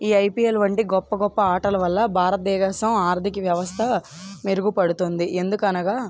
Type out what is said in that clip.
ఈ ఐపీఎల్ వంటి గొప్ప గొప్ప ఆటల వల్ల భారతదేశం ఆర్థిక వ్యవస్థ మెరుగుపడుతుంది ఎందుకనగా